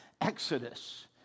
exodus